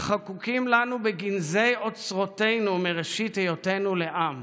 החקוקים לנו בגנזי אוצרותינו מראשית היותנו לעם,